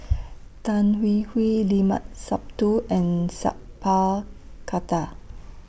Tan Hwee Hwee Limat Sabtu and Sat Pal Khattar